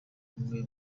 umwe